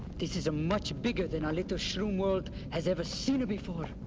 this is much bigger than our little shroom world has ever seen before.